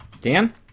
Dan